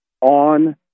on